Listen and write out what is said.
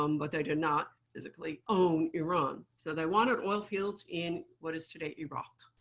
um but they did not physically own iran. so they wanted oilfields in what is today iraq.